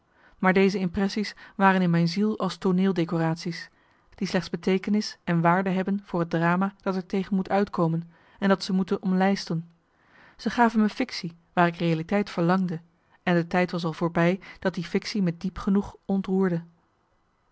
maar deze impressie's waren in mijn ziel als tooneeldecoratie's die slechts beteekenis en waarde hebben voor het drama dat er tegen moet uitkomen en dat ze moeten ommarcellus emants een nagelaten bekentenis lijsten ze gaven me fictie waar ik realiteit verlangde en de tijd was al voorbij dat die fictie me diep genoeg ontroerde